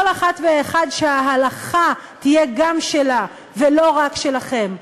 אחת ואחד שההלכה תהיה גם שלה ולא רק שלכם.